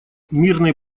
мирный